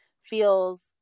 feels